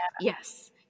yes